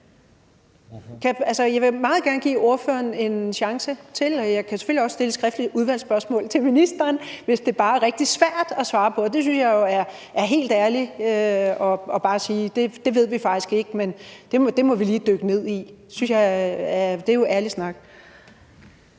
Jeg vil meget gerne give ordføreren en chance til, og jeg kan selvfølgelig også stille et skriftligt udvalgsspørgsmål til ministeren, hvis det bare er rigtig svært at svare på. Jeg synes jo, det er helt ærlig snak bare at sige: Det ved vi faktisk ikke, men det må vi lige dykke ned i. Det er jo ærlig snak.